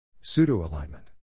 Pseudo-alignment